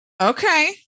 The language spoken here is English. Okay